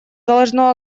должно